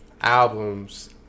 albums